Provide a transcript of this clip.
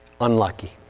unlucky